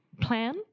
plan